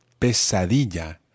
pesadilla